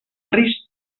risc